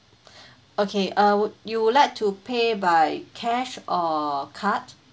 okay err would you would like to pay by cash or card